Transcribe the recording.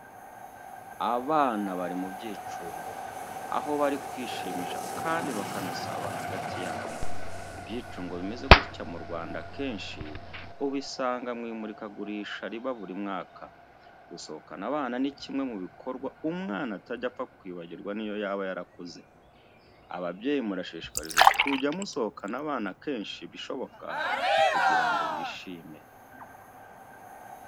Abana bari mu byicungo, aho bari kwishimisha kandi bakanasabana hagati yabo. Ibyicungo bimeze gutya mu Rwanda akenshi ubisanga mu imurikagurisha riba buri mwaka. Gusohokana abana ni kimwe mu bikorwa umwana atajya apfa kwibagirwa niyo yaba yarakuze. Ababyeyi murashishikarizwa kujya musohokana abana kenshi bishoboka kugira ngo bishime.